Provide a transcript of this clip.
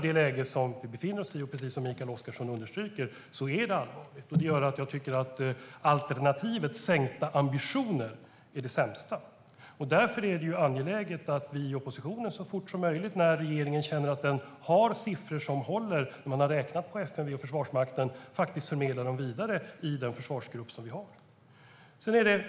Det läge vi befinner oss i är allvarligt, precis som Mikael Oscarsson underströk. Det gör att alternativet med sänkta ambitioner är det sämsta. Därför är det angeläget för oss i oppositionen att regeringen, när den känner att den har siffror som håller och man har räknat på det på FMV och Försvarsmakten, förmedlar siffrorna vidare i den för-svarsgrupp vi har.